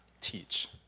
teach